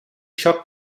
xoc